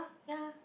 ya